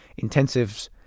intensives